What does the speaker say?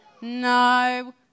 No